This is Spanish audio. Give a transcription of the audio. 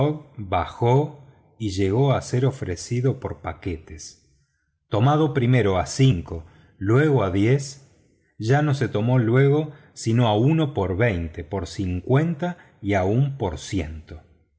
bajó y llegó a ser ofrecido en paquetes tomado primero a cinco luego a diez ya no se tomó luego sino a uno por veinte por cincuenta y aun por ciento